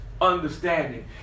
Understanding